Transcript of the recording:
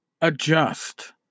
Adjust